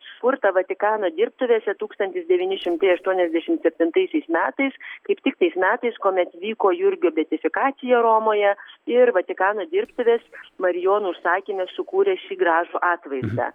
sukurtą vatikano dirbtuvėse tūkstantis devyni šimtai aštuoniasdešimt septintaisiais metais kaip tik tais metais kuomet vyko jurgio beatifikacija romoje ir vatikano dirbtuvės marijonų užsakymu sukūrė šį gražų atvaizdą